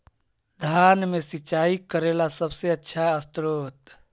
धान मे सिंचाई करे ला सबसे आछा स्त्रोत्र?